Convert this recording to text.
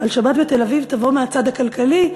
שבת ותל-אביב תבוא מהצד הכלכלי,